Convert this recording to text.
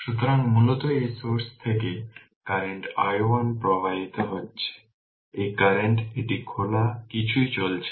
সুতরাং মূলত এই সোর্স থেকে কারেন্ট i1 প্রবাহিত হচ্ছে এই কারেন্ট এটি খোলা কিছুই চলছে না